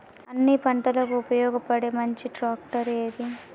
అన్ని పంటలకు ఉపయోగపడే మంచి ట్రాక్టర్ ఏది?